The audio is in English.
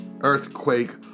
earthquake